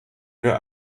wir